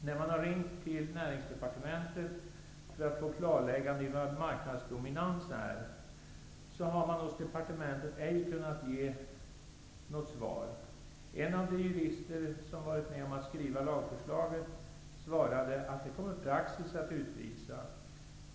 När vi har ringt till Näringsdepartementet för att få ett klarläggande av vad marknadsdominans är, har man på departementet ej kunnat ge något svar. En av de jurister som varit med om att skriva lagförslaget svarade att praxis kommer att utvisa det.